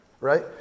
Right